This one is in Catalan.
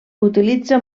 utilitza